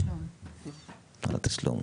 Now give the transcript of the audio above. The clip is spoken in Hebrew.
על התשלום.